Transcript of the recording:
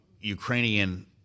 Ukrainian